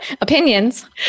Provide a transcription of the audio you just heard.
opinions